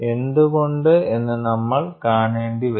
എന്തുകൊണ്ട് എന്ന് നമ്മൾ കാണേണ്ടി വരും